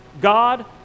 God